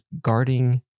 Guarding